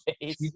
face